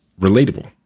relatable